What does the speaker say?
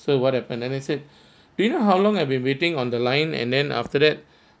so what happened and I said do you know how long I've been waiting on the line and then after that